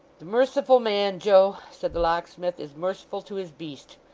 the merciful man, joe said the locksmith, is merciful to his beast.